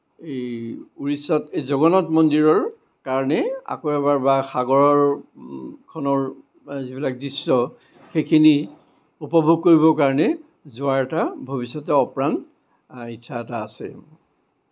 এই উৰিষ্য়াত এই জগন্নাথ মন্দিৰৰ কাৰণেই আকৌ এবাৰ বা সাগৰৰ খনৰ যিবিলাক দৃশ্য় সেইখিনি উপভোগ কৰিবৰ কাৰণেই যোৱাৰ এটা ভবিষ্য়তে আপ্ৰাণ ইচ্ছা এটা আছে